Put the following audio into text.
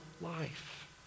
life